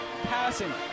Passing